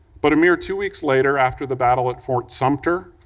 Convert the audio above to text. but a mere two weeks later, after the battle at fort sumter,